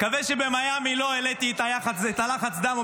אני מקווה שבמיאמי לא העליתי את לחץ הדם,